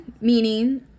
meaning